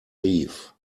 thief